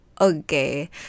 Okay